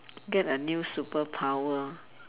get a new superpower